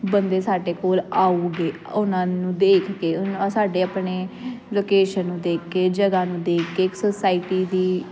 ਬੰਦੇ ਸਾਡੇ ਕੋਲ ਆਉਗੇ ਉਹਨਾਂ ਨੂੰ ਦੇਖ ਕੇ ਸਾਡੇ ਆਪਣੇ ਲੋਕੇਸ਼ਨ ਨੂੰ ਦੇਖ ਕੇ ਜਗ੍ਹਾ ਨੂੰ ਦੇਖ ਕੇ ਸੋਸਾਇਟੀ ਦੀ